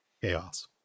chaos